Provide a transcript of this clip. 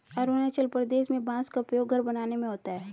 अरुणाचल प्रदेश में बांस का उपयोग घर बनाने में होता है